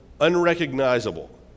unrecognizable